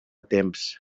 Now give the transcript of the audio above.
temps